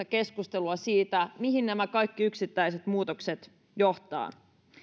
keskustelua siitä mihin nämä kaikki yksittäiset muutokset johtavat